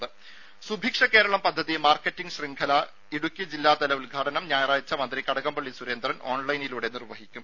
രുമ സുഭിക്ഷ കേരളം പദ്ധതി മാർക്കറ്റിംഗ് ശൃംഖല ഇടുക്കി ജില്ലാതല ഉദ്ഘാടനം ഞായറാഴ്ച്ച മന്ത്രി കടകംപള്ളി സുരേന്ദ്രൻ ഓൺലൈനിലൂടെ നിർവഹിക്കും